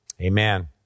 Amen